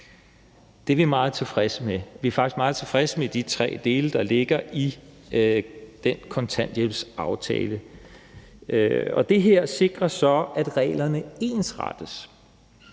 Det er vi meget tilfredse med. Vi er faktisk meget tilfredse med de tre dele, der ligger i den kontanthjælpsaftale. Det her sikrer så, at reglerne ensrettes